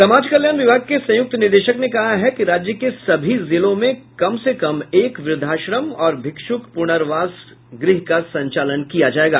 समाज कल्याण विभाग के संयुक्त निदेशक ने कहा है कि राज्य के सभी जिलों में कम से कम एक वृद्वाश्रम और भिक्षुक पुनर्वास गृह का संचालन किया जायेगा